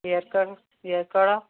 ear cord ear cord